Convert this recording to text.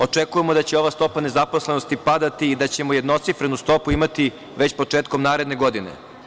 Očekujemo da će ova stopa nezaposlenosti padati i da ćemo jednocifrenu stopu imati već početkom naredne godine.